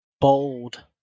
Bold